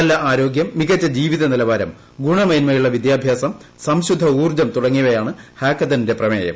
നല്ല ആരോഗ്യം മികച്ച ജീവിത നിലവാരം ഗുണമേന്മയുള്ളവിദ്യാഭ്യാസം സംശുദ്ധ ഊർജ്ജം തുടങ്ങിയവയാണ് ഹാക്കത്തണിന്റെ പ്രമേയം